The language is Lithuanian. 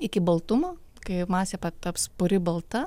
iki baltumo kai masė pataps puri balta